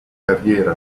carriera